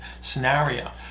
scenario